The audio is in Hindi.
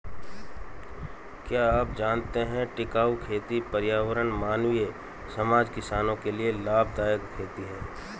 क्या आप जानते है टिकाऊ खेती पर्यावरण, मानवीय समाज, किसानो के लिए लाभदायक खेती है?